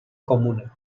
comuna